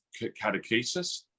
catechesis